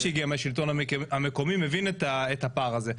שהגיע מהשלטון המקומי מבין את הפער הזה.